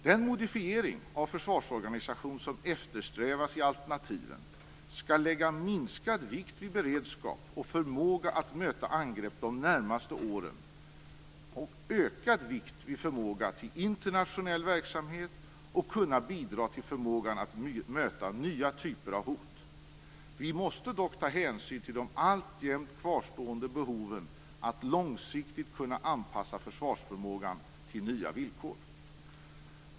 Den modifiering av försvarsorganisationen som eftersträvas i alternativen skall lägga minskad vikt vid beredskap och förmåga att möta angrepp de närmaste åren och ökad vikt vid förmåga till internationell verksamhet och att kunna bidra till förmågan att möta nya typer av hot. Vi måste dock ta hänsyn till de alltjämt kvarstående behoven att långsiktigt kunna anpassa försvarsförmågan till nya villkor.